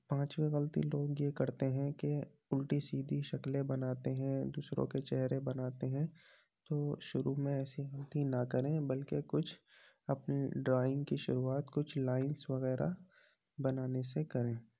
پانچویں غلطی لوگ یہ کرتے ہیں کہ اُلٹی سیدھی شکلیں بناتے ہیں دوسروں کے چہرے بناتے ہیں تو وہ شروع میں ایسی غلطی نہ کریں بلکہ کچھ اپنی ڈرائنگ کی شروعات کچھ لائنس وغیرہ بنانے سے کریں